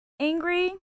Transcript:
angry